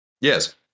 Yes